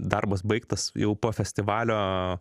darbas baigtas jau po festivalio